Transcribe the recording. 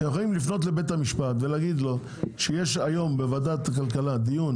אתם יכולים לפנות לבית המשפט ולהגיד לו שיש היום בוועדת הכלכלה דיון